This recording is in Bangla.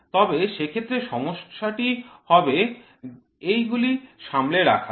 তবে সেক্ষেত্রে সমস্যাটি হবে এইগুলি সামলে রাখা